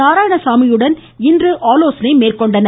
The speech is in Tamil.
நாராயணசாமியுடன் ஆலோசனை மேற்கொண்டனர்